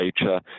nature